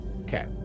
Okay